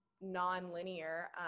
non-linear